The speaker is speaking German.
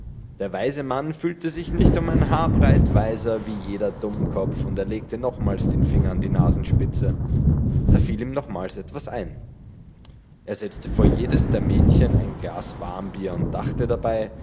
der weise mann fühlte sich nicht um ein haarbreit weiser wie jeder dummkopf und er legte nochmals den finger an die nasenspitze da fiel ihm nochmals etwas ein er setzte vor jedes der mädchen ein glas warmbier und dachte dabei